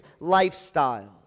lifestyles